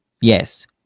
Yes